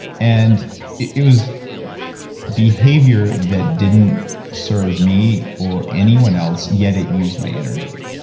and it it was behavior that didn't serve me or anyone else, yet it used my energy.